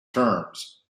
terms